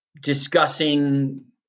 discussing